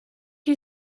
you